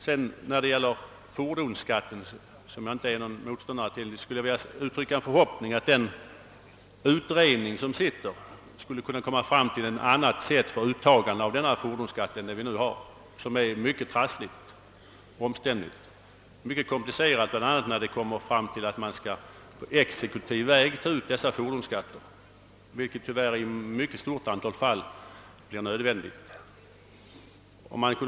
Beträffande fordonsskatten, som jag inte är någon motståndare till, skulle jag vilja uttrycka en förhoppning om att den sittande utredningen skall komma fram till ett annat sätt att utta denna än det nuvarande som är mycket trassligt och komplicerat, bl.a. när man på exekutiv väg skall indriva fordonsskatterna vilket tyvärr i ett mycket stort antal fall blir nödvändigt.